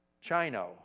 Chino